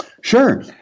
Sure